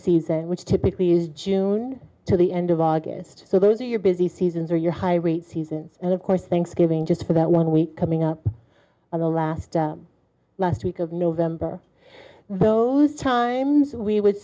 season which typically is june to the end of august so those are your busy seasons or your high rate season and of course thanksgiving just for that one week coming up on the last last week of november those times we would